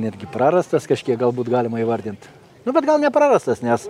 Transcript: netgi prarastas kažkiek galbūt galima įvardint nu bet gal neprarastas nes